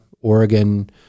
Oregon